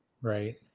Right